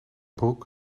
broek